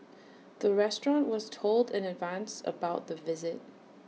the restaurant was told in advance about the visit